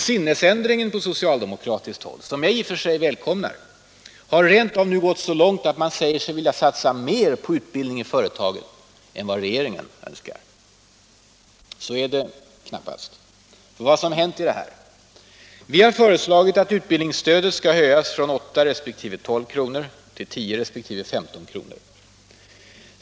Sinnesändringen på socialdemokratiskt håll, som jag i och för sig välkomnar, har rent av gått så långt, att man säger sig vilja satsa mer på utbildning i företagen än vad regeringen önskar. Men så är det knappast. Vad som har hänt är detta. Vi har föreslagit att utbildningsstödet skall höjas från 8 resp. 12 kr. till 10 resp. 15 kr.